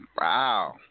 Wow